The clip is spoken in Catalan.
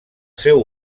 seu